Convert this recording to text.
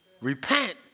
repent